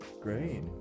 great